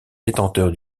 détenteur